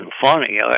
funny